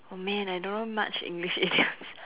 oh man I don't know much English idioms